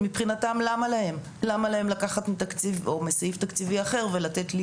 מבחינתם למה להם לקחת מסעיף תקציבי אחר ולתת לי,